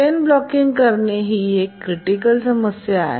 चैन blocking करणे ही एक क्रिटिकल समस्या आहे